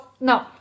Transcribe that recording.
no